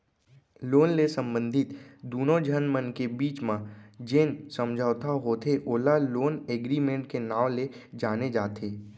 loan ले संबंधित दुनो झन मन के बीच म जेन समझौता होथे ओला लोन एगरिमेंट के नांव ले जाने जाथे